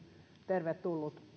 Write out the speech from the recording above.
tervetullut